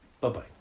Bye-bye